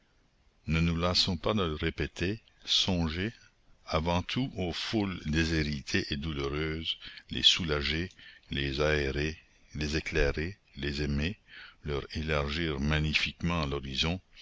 ne nous lassons pas de le répéter songer avant tout aux foules déshéritées et douloureuses les soulager les aérer les éclairer les aimer leur élargir magnifiquement l'horizon